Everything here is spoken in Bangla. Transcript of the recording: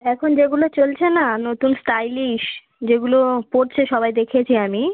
এখন যেগুলো চলছে না নতুন স্টাইলিশ যেগুলো পরছে সবাই দেখেছি আমি